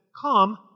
Come